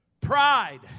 Pride